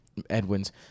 Edwins